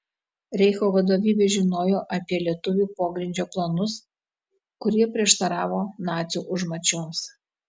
reicho vadovybė žinojo apie lietuvių pogrindžio planus kurie prieštaravo nacių užmačioms